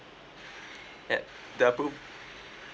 ya the approve